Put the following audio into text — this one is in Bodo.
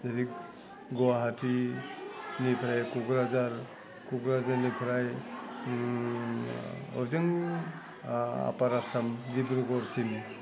ओरै गुवाहाटी निफ्राय क'क्राझार क'क्राझारनिफ्राय अजों आपार आसाम डिब्रुगरसिम